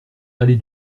allée